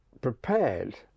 prepared